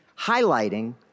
highlighting